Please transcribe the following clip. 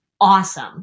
awesome